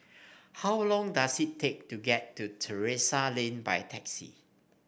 how long does it take to get to Terrasse Lane by taxi